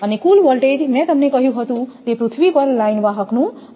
અને કુલ વોલ્ટેજ મેં તમને કહ્યું હતું તે પૃથ્વી પર લાઇન વાહકનું આપવામાં આવ્યું છે